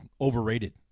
overrated